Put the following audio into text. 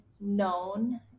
known